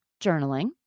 journaling